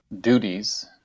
duties